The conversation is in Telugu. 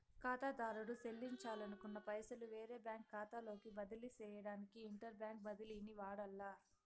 కాతాదారుడు సెల్లించాలనుకున్న పైసలు వేరే బ్యాంకు కాతాలోకి బదిలీ సేయడానికి ఇంటర్ బ్యాంకు బదిలీని వాడాల్ల